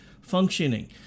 functioning